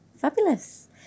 Fabulous